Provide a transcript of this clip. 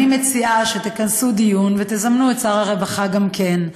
אני מציעה שתכנסו דיון ותזמנו את שר הרווחה גם כן,